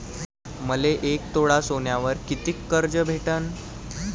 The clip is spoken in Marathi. मले एक तोळा सोन्यावर कितीक कर्ज भेटन?